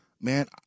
man